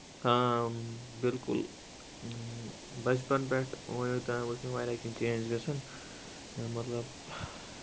آ بِلکُل بَچپَن پٮ۪ٹھ ؤنیُک تام وٕچھ مےٚ واریاہ کیٚنہہ چینج گژھان مطلب